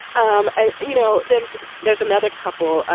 um and you know, there's there's another couple,